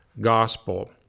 gospel